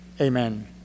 amen